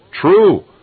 True